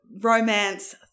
romance